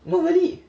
no really